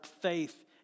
faith